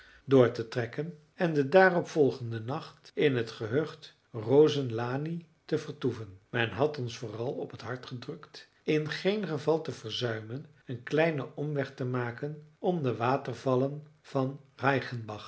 door te trekken en den daaropvolgenden nacht in het gehucht rosenlani te vertoeven men had ons vooral op t hart gedrukt in geen geval te verzuimen een kleinen omweg te maken om de watervallen van